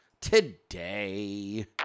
today